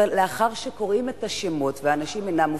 ולאחר שקוראים את השמות והאנשים אינם מופיעים,